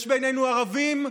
יש בינינו ערבים,